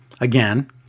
again